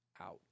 out